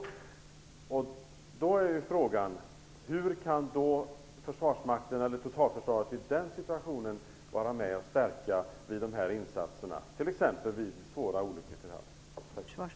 Då är frågan: Hur kan Försvarsmakten eller totalförsvaret i den situationen vara med och stärka samhällets insatser t.ex. vid svåra olyckor till havs?